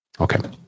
Okay